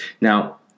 Now